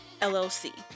LLC